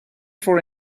for